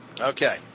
Okay